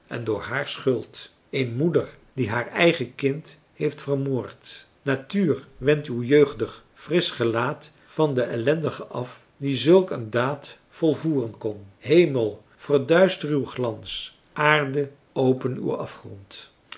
en door haar schuld een moeder die haar eigen kind heeft vermoord natuur wend uw jeugdig frisch gelaat van de ellendige af die zulk een daad volvoeren kon hemel verduister uw glans aarde open uw afgrond